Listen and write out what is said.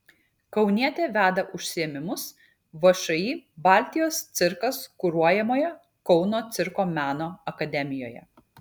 kaunietė veda užsiėmimus všį baltijos cirkas kuruojamoje kauno cirko meno akademijoje